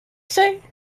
say